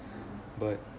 but